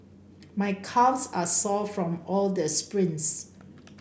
my calves are sore from all the sprints